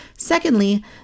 Secondly